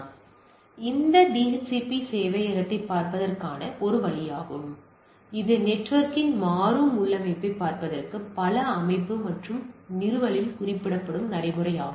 எனவே இது அந்த டிஹெச்சிபி சேவையகத்தைப் பார்ப்பதற்கான ஒரு வழியாகும் மேலும் இது நெட்வொர்க் இன் மாறும் உள்ளமைவைப் பார்ப்பதற்கு பல அமைப்பு மற்றும் நிறுவலில் குறிப்பிடும் நடைமுறையாகும்